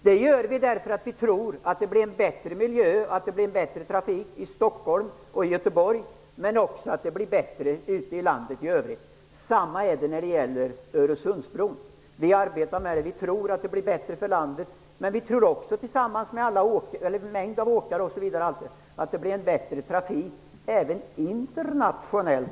Det gör vi därför att vi tror att det därmed blir en bättre miljö och en bättre trafik i Stockholm och i Göteborg men också bättre i landet i övrigt. Likadant är det när det gäller Öresundsbron. Vi tror att det som vi arbetar för blir bättre för landet. I likhet med en mängd åkare tror vi också att det därmed blir en bättre trafik även internationellt.